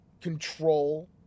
control